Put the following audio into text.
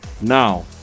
now